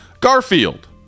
garfield